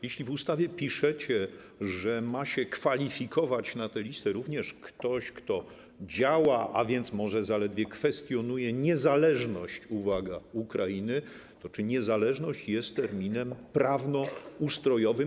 Jeśli w ustawie piszecie, że ma się kwalifikować na tę listę również ktoś, kto działa, a więc może zaledwie kwestionuje niezależność - uwaga - Ukrainy, to czy niezależność jest terminem prawnoustrojowym?